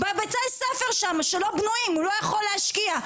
בבתי הספר שם שלא בנויים הוא לא יכול להשקיע,